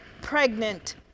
pregnant